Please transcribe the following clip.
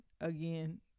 again